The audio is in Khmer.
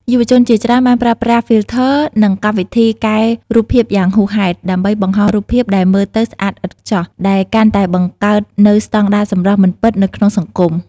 យុវជនជាច្រើនបានប្រើប្រាស់ ហ្វីលធ័រ និងកម្មវិធីកែរូបភាពយ៉ាងហួសហេតុ ដើម្បីបង្ហោះរូបភាពដែលមើលទៅស្អាតឥតខ្ចោះ ដែលកាន់តែបង្កើតនូវស្តង់ដារសម្រស់មិនពិតនៅក្នុងសង្គម។